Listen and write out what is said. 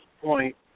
point